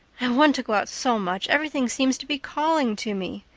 i want to go out so much everything seems to be calling to me,